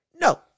No